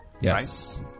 Yes